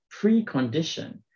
precondition